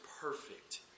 perfect